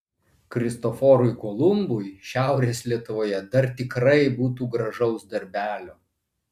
kristoforui kolumbui šiaurės lietuvoje dar tikrai būtų gražaus darbelio